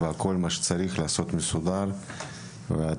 ואז אני חושב שזה יכפיל פי 3,